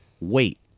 Wait